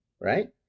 right